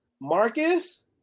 Marcus